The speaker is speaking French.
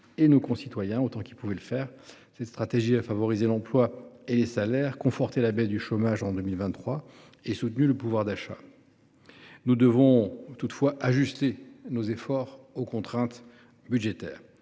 et nos concitoyens. Cette stratégie a favorisé l’emploi et les salaires, conforté la baisse du chômage en 2023 et soutenu le pouvoir d’achat. Nous devons toutefois ajuster nos efforts aux contraintes budgétaires.